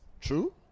True